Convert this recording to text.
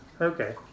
Okay